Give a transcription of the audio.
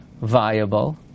viable